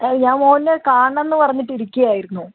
ഞാൻ മോനെ കാണണമെന്ന് പറഞ്ഞിട്ട് ഇരിക്കുകയായിരുന്നു